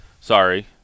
sorry